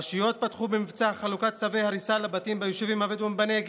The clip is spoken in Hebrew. הרשויות פתחו במבצע חלוקת צווי הריסה לבתים ביישובים הבדואיים בנגב,